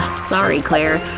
sorry claire,